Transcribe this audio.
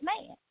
man